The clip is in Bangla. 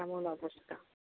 এমন অবস্থা